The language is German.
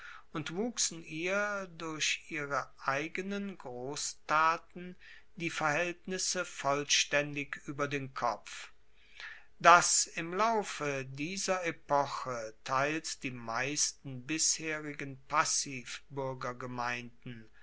und wuchsen ihr durch ihre eigenen grosstaten die verhaeltnisse vollstaendig ueber den kopf dass im laufe dieser epoche teils die meisten bisherigen